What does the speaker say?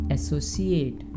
Associate